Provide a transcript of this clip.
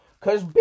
Cause